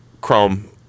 Chrome